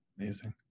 Amazing